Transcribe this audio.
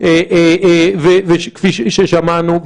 כפי ששמענו.